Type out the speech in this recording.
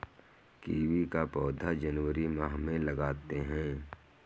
kiwi का पौधा जनवरी माह में लगाते हैं